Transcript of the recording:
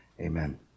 amen